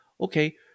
Okay